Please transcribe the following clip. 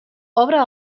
obre